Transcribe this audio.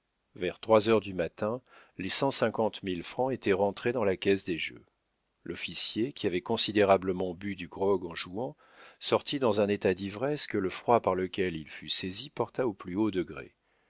vers trois heures du matin les cent cinquante mille francs étaient rentrés dans la caisse des jeux l'officier qui avait considérablement bu du grog en jouant sortit dans un état d'ivresse que le froid par lequel il fut saisi porta au plus haut degré